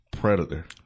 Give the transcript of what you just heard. Predator